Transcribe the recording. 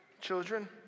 Children